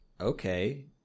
okay